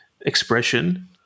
expression